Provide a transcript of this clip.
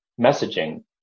messaging